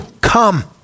come